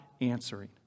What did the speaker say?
answering